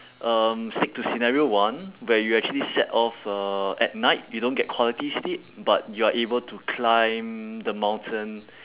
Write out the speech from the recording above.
um stick to scenario one where you actually set off uh at night you don't get quality sleep but you are able to climb the mountain